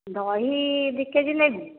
ଦହି ଦୁଇ K G ନେବି